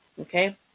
Okay